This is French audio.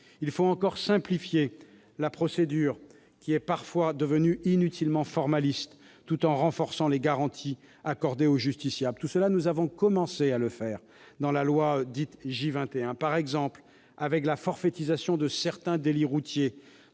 Il faut encore simplifier la procédure, qui est parfois devenue inutilement formaliste, tout en renforçant les garanties accordées aux justiciables. Tout cela, nous avons commencé à le faire dans la loi de modernisation de la justice du XXIsiècle, dite « J21 », par exemple avec la forfaitisation de certains délits routiers,